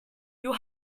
will